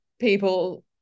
people